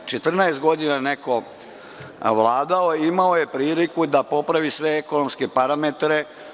Četrnaest godina je neko vladao i imao je priliku da popravi sve ekonomske parametre.